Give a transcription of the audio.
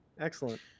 Excellent